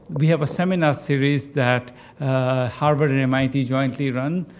we have a seminar series that harvard and mit jointly run.